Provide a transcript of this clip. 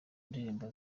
ndirimbo